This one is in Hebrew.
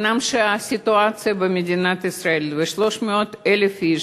הסיטואציה במדינת ישראל היא ש-300,000 איש